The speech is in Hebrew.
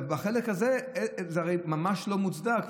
בחלק הזה, זה הרי ממש לא מוצדק.